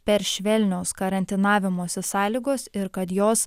per švelnios karantinavimosi sąlygos ir kad jos